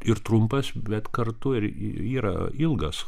ir trumpas bet kartu ir yra ilgas